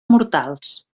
mortals